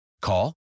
Call